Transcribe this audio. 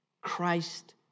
Christ